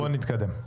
בוא נתקדם.